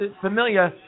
Familia